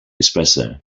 espresso